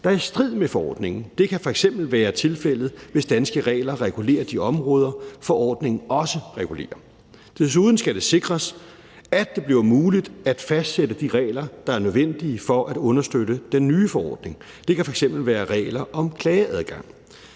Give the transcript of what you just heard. der er i strid med forordningen. Det kan f.eks. være tilfældet, hvis danske regler regulerer de områder, forordningen også regulerer. Desuden skal det sikres, at det bliver muligt at fastsætte de regler, der er nødvendige for at understøtte den nye forordning. Det kan f.eks. være regler om klageadgang.